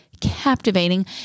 captivating